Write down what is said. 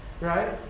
right